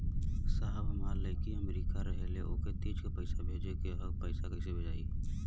साहब हमार लईकी अमेरिका रहेले ओके तीज क पैसा भेजे के ह पैसा कईसे जाई?